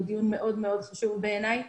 שהוא מאוד מאוד חשוב בעיניי.